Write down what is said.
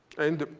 and